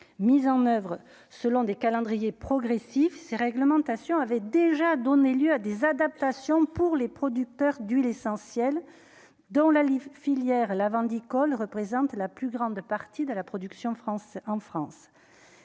mises en oeuvre, selon des calendriers progressif ces réglementations avait déjà donné lieu à des adaptations pour les producteurs d'huiles essentielles dans la Live filière la vendit représente la plus grande partie de la production en France,